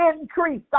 increase